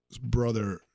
brother